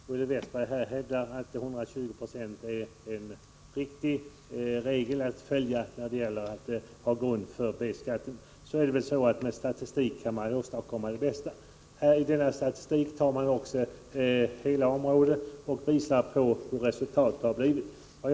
Fru talman! När Olle Westberg hävdar att bestämmelsen om 120 96 är en riktig regel att följa då det gäller grunden för B-skatt, vill jag säga att med statistik kan man åstadkomma det mesta från en viss utgångspunkt. I denna statistik ser man till förhållandena på hela området.